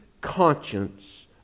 conscience